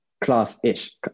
class-ish